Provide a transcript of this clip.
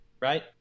right